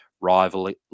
rival